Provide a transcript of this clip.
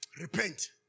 Repent